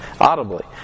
audibly